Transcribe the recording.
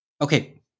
Okay